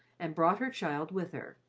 and brought her child with her.